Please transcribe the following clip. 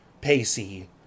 pacey